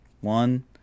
one